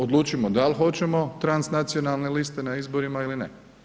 Odlučimo da li hoćemo transnacionalne liste na izborima ili ne.